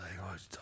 language